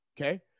Okay